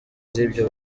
z’ibyo